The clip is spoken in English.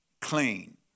clean